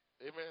Amen